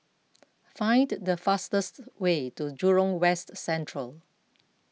find the fastest way to Jurong West Central